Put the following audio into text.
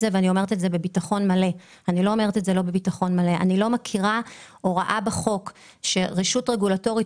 אני לא מכירה הוראה בחוק שרשות רגולטורית